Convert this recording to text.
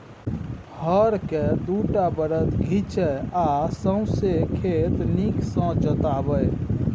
हर केँ दु टा बरद घीचय आ सौंसे खेत नीक सँ जोताबै